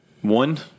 one